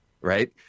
right